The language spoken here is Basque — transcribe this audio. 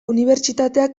unibertsitateak